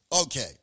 Okay